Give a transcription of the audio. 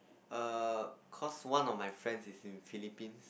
err cause one of my friend is in Philippines